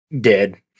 Dead